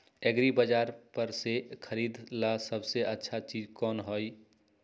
एग्रिबाजार पर से खरीदे ला सबसे अच्छा चीज कोन हई?